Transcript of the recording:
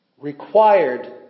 required